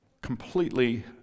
Completely